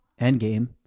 Endgame